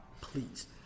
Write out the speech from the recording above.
please